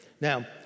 Now